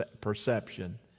perception